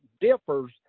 differs